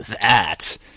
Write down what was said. that